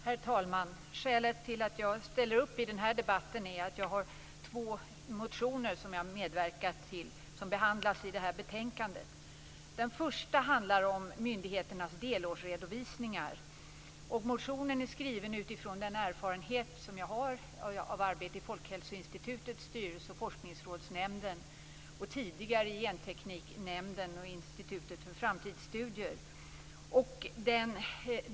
Herr talman! Skälet till att jag ställer upp i den här debatten är att jag har medverkat till två motioner som behandlas i detta betänkande. Den första handlar om myndigheternas delårsredovisningar. Motionen är skriven utifrån den erfarenhet som jag har av arbete i Folkhälsoinstitutets styrelse och Forskningsrådsnämnden och tidigare i Gentekniknämnden och i Institutet för framtidsstudier.